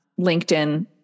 LinkedIn